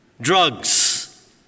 drugs